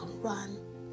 Run